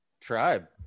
Tribe